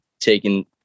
taking